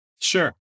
Sure